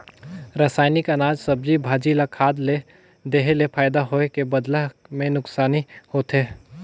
रसइनिक अनाज, सब्जी, भाजी ल खाद ले देहे ले फायदा होए के बदला मे नूकसानी होथे